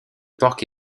porc